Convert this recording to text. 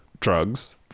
drugs